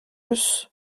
eus